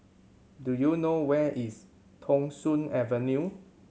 do you know where is Thong Soon Avenue